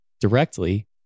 directly